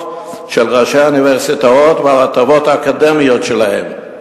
של ראשי האוניברסיטאות ועל ההטבות האקדמיות שלהם.